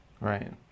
Right